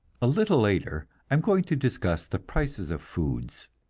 a little later i am going to discuss the prices of foods.